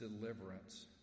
deliverance